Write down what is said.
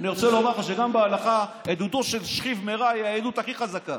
אני רוצה לומר לך שגם בהלכה עדותו של שכיב מרע היא העדות הכי חזקה,